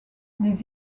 les